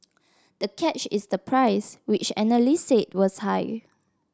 the catch is the price which analysts said was high